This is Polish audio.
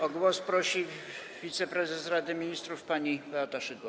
O głos prosi wiceprezes Rady Ministrów pani Beata Szydło.